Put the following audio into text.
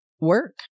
work